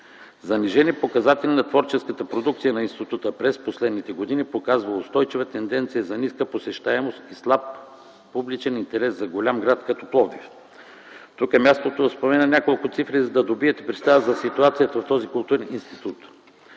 Заниженият показател на творческата продукция на института през последните години показва устойчива тенденция за ниска посещаемост и слаб публичен интерес за голям град като Пловдив. Тук е мястото да спомена няколко цифри, за да добиете представа за ситуацията в този културен институт.